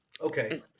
Okay